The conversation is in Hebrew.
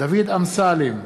דוד אמסלם,